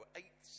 eight